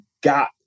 got